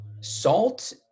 salt